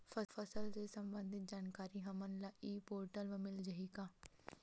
फसल ले सम्बंधित जानकारी हमन ल ई पोर्टल म मिल जाही का?